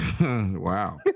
wow